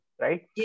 right